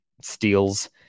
steals